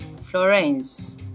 Florence